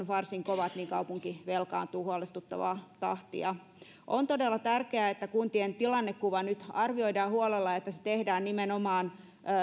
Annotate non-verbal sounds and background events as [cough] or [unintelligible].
[unintelligible] varsin kovat niin kaupunki velkaantuu huolestuttavaa tahtia on todella tärkeää että kuntien tilannekuva nyt arvioidaan huolella ja että se tehdään nimenomaan